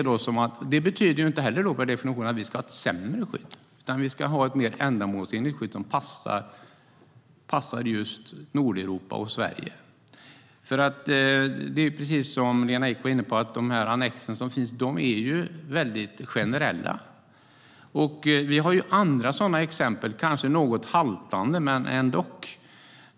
Det betyder inte att vi ska ha ett sämre skydd, utan vi ska ha ett mer ändamålsenligt skydd som passar Nordeuropa och Sverige.Det är precis som Lena Ek var inne på, att de annex som finns är väldigt generella. Det finns andra sådana exempel, kanske något haltande men ändock.